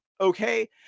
okay